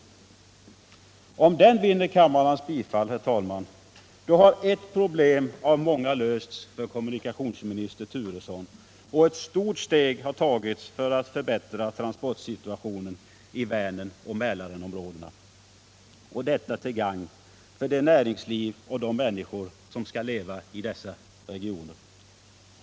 Om den reservationen vinner kammarens bifall, då har ett problem av många lösts för kommunikationsminister Turesson, och ett stort steg har tagits för att förbättra transportsituationen i Vänern och Mälarområdet till gagn för det näringsliv och de människor som skall leva i dessa regioner.